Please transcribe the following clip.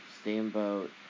Steamboat